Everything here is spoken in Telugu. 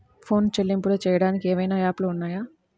ఫోన్ చెల్లింపులు చెయ్యటానికి ఏవైనా యాప్లు ఉన్నాయా?